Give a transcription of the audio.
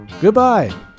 Goodbye